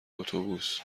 اتوبوس